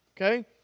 Okay